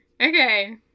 Okay